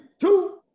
two